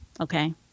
Okay